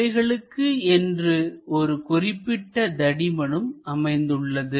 இவைகளுக்கு என்று ஒரு குறிப்பிட்ட தடிமனும் அமைந்துள்ளது